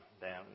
down